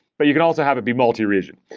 but you can also have it be multi-region.